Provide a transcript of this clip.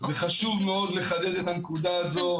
חשוב מאוד לחדד את הנקודה הזאת,